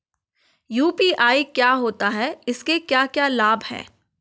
UPI क्या होता है इसके क्या क्या लाभ हैं?